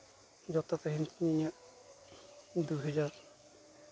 ᱡᱚᱛᱚ ᱛᱟᱦᱮᱱ ᱛᱤᱧᱟ ᱤᱧᱟᱹᱜ ᱫᱩᱦᱟᱡᱟᱨ